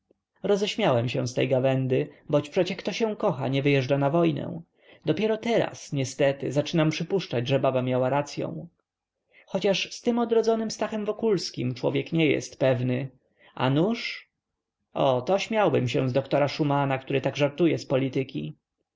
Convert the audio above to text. roześmiałem się z tej gawędy boć przecież kto się kocha nie wyjeżdża na wojnę dopiero teraz niestety zaczynam przypuszczać że baba miała racyą chociaż z tym odrodzonym stachem wokulskim człowiek nie jest pewny a nuż o to śmiałbym się z doktora szumana który tak żartuje z polityki